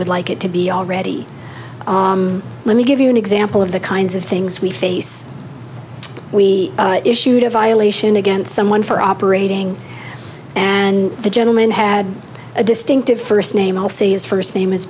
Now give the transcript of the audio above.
would like it to be already let me give you an example of the kinds of things we face we issued a violation against someone for operating and the gentleman had a distinctive first name is first name is